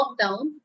lockdown